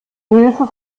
hilfe